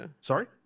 Sorry